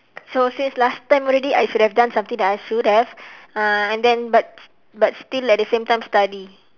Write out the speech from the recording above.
so since last time already I should have done something that I should have uh and then but but still at the same time study